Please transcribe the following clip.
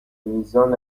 میزان